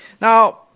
Now